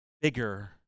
bigger